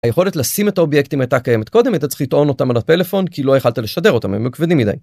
היכולת לשים את האובייקטים הייתה קיימת קודם, היית צריך לטעון אותם על הפלאפון, כי לא יכלת לשדר אותם, הם היו כבדים מדי.